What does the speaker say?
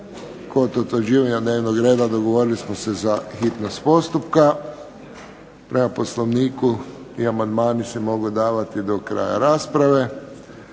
Kod utvrđivanja dnevnog reda dogovorili smo se za hitnost postupka. Prema Poslovniku i amandmani se mogu davati do kraja rasprave.